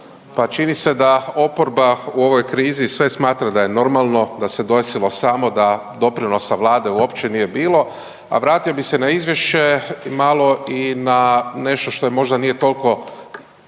čini se da oporba u ovoj krizi sve smatra da je normalno, da se desilo samo da doprinosa vlade uopće nije bilo, a vratio bi se na izvješće i malo i na nešto što možda nije tolko